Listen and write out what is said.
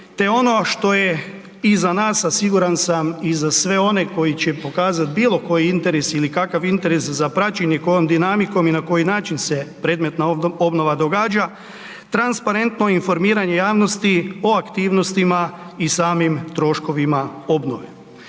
te ono što je i za nas, a siguran sam i za sve one koji će pokazat bilo koji interes ili kakav interes za praćenje kojom dinamikom i na koji način se predmetna obnova događa, transparentno informiranje javnosti o aktivnostima i samim troškovima obnove.